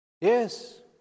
Yes